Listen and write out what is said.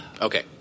Okay